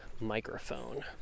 microphone